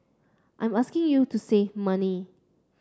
I am asking you to save money